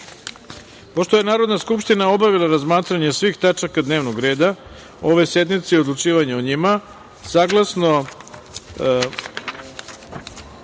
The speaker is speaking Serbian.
je Narodna skupština obavila razmatranje svih tačaka dnevnog reda ove sednice i odlučivanje o njima, saglasno